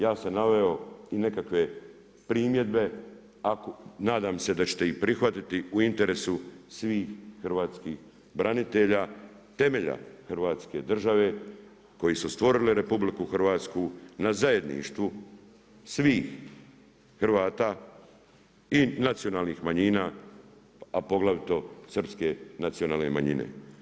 Ja sam naveo i nekakve primjedbe ako, nadam se da ćete ih prihvatiti u interesu svih hrvatskih branitelja temelja Hrvatske države koji su stvorili RH, na zajedništvu svih Hrvata i nacionalnih manjina a poglavito Srpske nacionalne manjine.